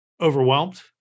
overwhelmed